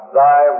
thy